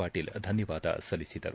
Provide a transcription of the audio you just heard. ಪಾಟೀಲ್ ಧನ್ಯವಾದ ಸಲ್ಲಿಸಿದರು